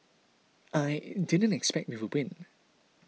I didn't expect we would win